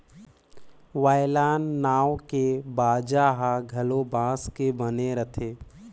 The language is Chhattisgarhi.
वायलन नांव के बाजा ह घलो बांस के बने रथे